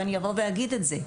ואני אבוא ואגיד את זה".